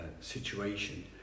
situation